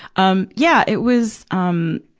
um yeah, it was, um